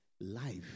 life